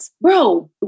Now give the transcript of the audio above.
Bro